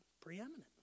preeminent